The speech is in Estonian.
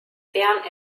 tean